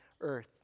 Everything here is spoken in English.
earth